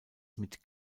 mit